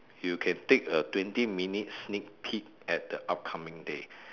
you can take a twenty minute sneak peek at the upcoming day